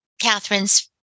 Catherine's